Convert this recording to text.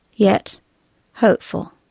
yet hopeful,